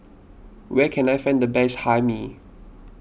where can I find the best Hae Mee